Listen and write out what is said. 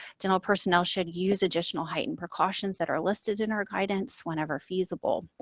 dental personnel should use additional heightened precautions that are listed in our guidance whenever feasible.